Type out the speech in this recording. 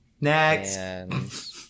Next